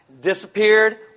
Disappeared